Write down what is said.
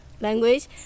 language